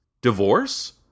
Divorce